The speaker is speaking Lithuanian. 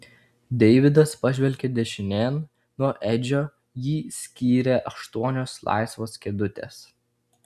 deividas pažvelgė dešinėn nuo edžio jį skyrė aštuonios laisvos kėdutės